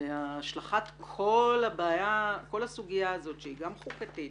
כל הסוגיה הזאת שהיא גם חוקתית,